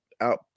out